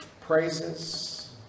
praises